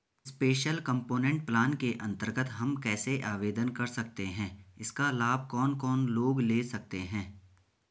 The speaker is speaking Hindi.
स्पेशल कम्पोनेंट प्लान के अन्तर्गत हम कैसे आवेदन कर सकते हैं इसका लाभ कौन कौन लोग ले सकते हैं?